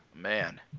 man